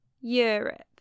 Europe